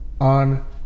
on